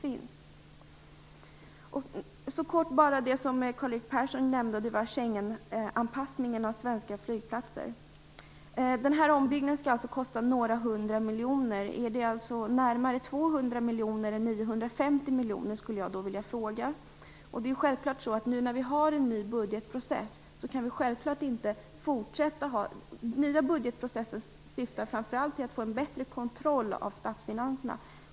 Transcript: Jag vill kort ta upp det som Karl-Erik Persson nämnde. Det gällde Schengenanpassningen av svenska flygplatser. Ombyggnaden skall kosta några hundra miljoner. Är det närmare 200 miljoner än 950 miljoner? Vi har en ny budgetprocess, som framför allt syftar till att ge oss en bättre kontroll över statsfinanserna.